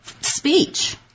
speech